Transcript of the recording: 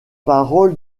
parole